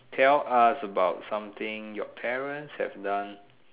tell us about something your parents have done